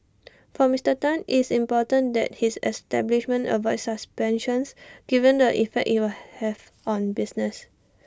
for Mister Tan it's important that his establishment avoids suspensions given the effect IT will have on business